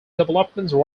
developmental